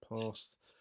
past